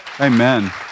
Amen